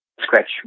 scratch